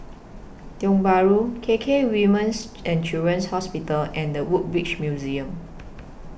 Tiong Bahru K K Women's and Children's Hospital and The Woodbridge Museum